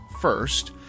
First